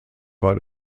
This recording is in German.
war